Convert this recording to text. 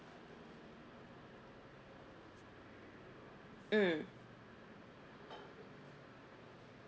mm